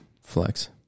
Flex